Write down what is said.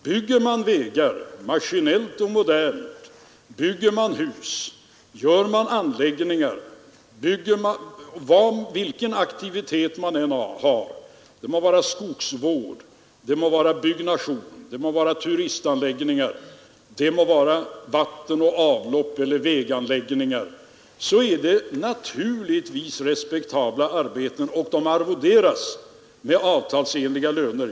Bygger man vägar maskinellt och modernt, bygger man hus och gör man anläggningar, vilken aktivitet man än har — det må vara skogsvård, byggnation, turistanläggningar, byggande av vatten och avlopp och väganläggningar — så är det naturligtvis respektabla arbeten, och de arvoderas med avtalsenliga löner.